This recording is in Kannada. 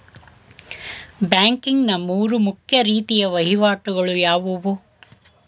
ಬ್ಯಾಂಕಿಂಗ್ ನ ಮೂರು ಮುಖ್ಯ ರೀತಿಯ ವಹಿವಾಟುಗಳು ಯಾವುವು?